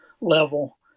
level